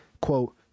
quote